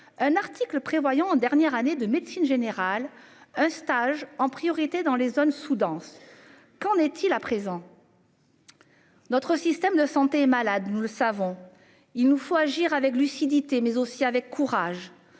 un article prévoyant en dernière année de médecine générale. Un stage en priorité dans les zones sous-denses. Qu'en est-il à présent. Notre système de santé est malade, nous le savons. Il nous faut agir avec lucidité, mais aussi avec courage,